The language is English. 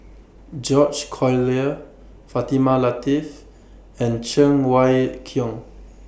George Collyer Fatimah Lateef and Cheng Wai Keung